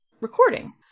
recording